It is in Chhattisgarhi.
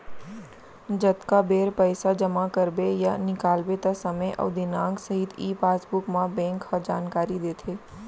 जतका बेर पइसा जमा करबे या निकालबे त समे अउ दिनांक सहित ई पासबुक म बेंक ह जानकारी देथे